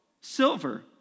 silver